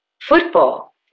Football